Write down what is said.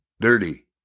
dirty